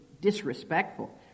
disrespectful